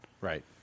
Right